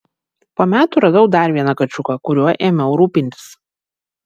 po metų radau dar vieną kačiuką kuriuo ėmiau rūpintis